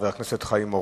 חבר הכנסת חיים אורון.